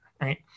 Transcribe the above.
right